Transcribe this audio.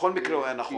בכל מקרה הוא היה נכון.